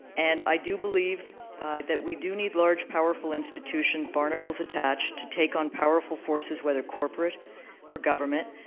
and i do believe that we do need large, powerful institutions, barnacles attached, to take on powerful forces, whether corporate or government,